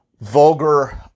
vulgar